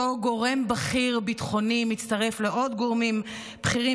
אותו גורם בכיר ביטחוני מצטרף לעוד גורמים בכירים